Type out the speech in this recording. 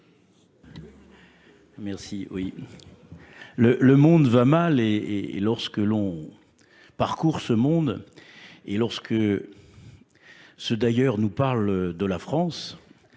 Merci, oui. Le monde va mal et lorsque l'on parcourt ce monde et lorsque ceux d'ailleurs nous parlent de la France